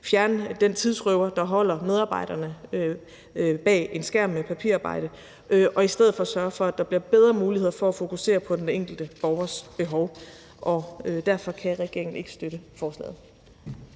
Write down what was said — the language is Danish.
fjerne den tidsrøver, der holder medarbejderne bag en skærm med papirarbejde, og i stedet for sørge for, at der bliver bedre muligheder for at fokusere på den enkelte borgers behov, og derfor kan regeringen ikke støtte forslaget.